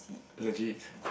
legit